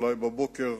אולי בבוקר,